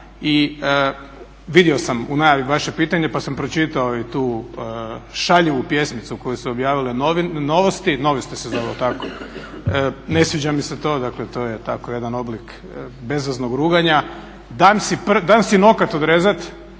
i vidio sam u najavi vaše pitanje pa sam pročitao i tu šaljivu pjesmicu koju su objavile Novosti, Novosti se zovu jel tako, ne sviđa mi se to, dakle to je tako jedan oblik bezveznog ruganja. Dam si nokat odrezat